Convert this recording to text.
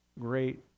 great